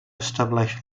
estableix